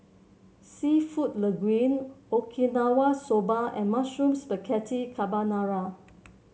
seafood Linguine Okinawa Soba and Mushroom Spaghetti Carbonara